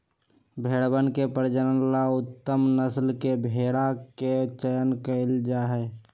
भेंड़वन के प्रजनन ला उत्तम नस्ल के भेंड़ा के चयन कइल जाहई